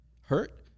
hurt